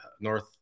north